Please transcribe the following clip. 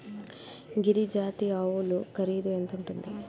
గిరి జాతి ఆవులు ఖరీదు ఎంత ఉంటుంది?